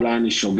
אולי אני שוגה.